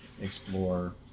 explore